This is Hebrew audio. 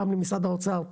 פעם למשרד האוצר,